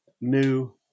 new